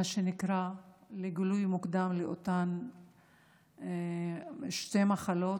מה שנקרא, לגילוי מוקדם של אותן שתי מחלות,